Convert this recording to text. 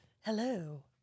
Hello